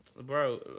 Bro